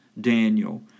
Daniel